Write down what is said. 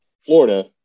Florida